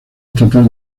estatal